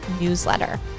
newsletter